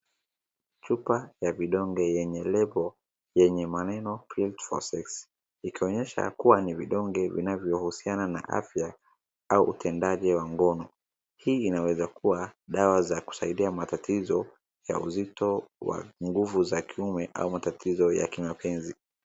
Chupa ya vindonge yenye label yenye maneno pills for sex ikionyesha kua ni vindonge vinavyo husiana na afya au utendaji wa ngono. Hii inaweza kua dawa za kusaidia matatizo ya uzito wa nguvu za kiume au matatizo ya kimapenzi.